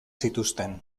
zituzten